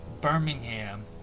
Birmingham